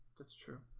that's true.